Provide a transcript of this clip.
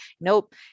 Nope